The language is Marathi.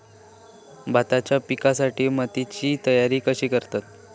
भाताच्या पिकासाठी मातीची तयारी कशी करतत?